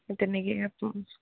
এ তে নকি আ